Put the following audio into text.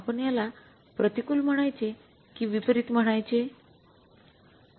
आपण याला प्रतिकूल म्हणायचे कि विपरीत म्हणायचे